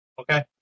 Okay